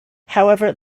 however